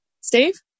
Steve